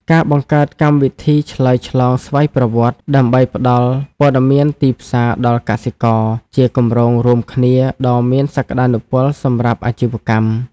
ការបង្កើតកម្មវិធីឆ្លើយឆ្លងស្វ័យប្រវត្តិដើម្បីផ្ដល់ព័ត៌មានទីផ្សារដល់កសិករ ជាគម្រោងរួមគ្នាដ៏មានសក្ដានុពលសម្រាប់អាជីវកម្ម។